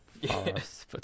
Yes